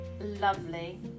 lovely